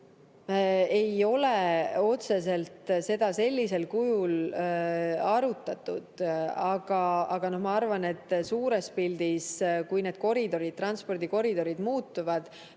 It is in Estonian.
ei ole otseselt sellisel kujul arutatud. Aga ma arvan, et suures pildis, kui need transpordikoridorid muutuvad,